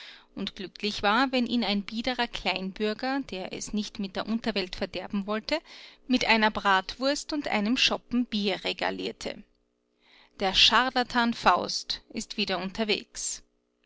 und glücklich war wenn ihn ein biederer kleinbürger der es nicht mit der unterwelt verderben wollte mit einer bratwurst und einem schoppen bier regalierte der scharlatan faust ist wieder unterwegs